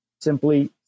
simply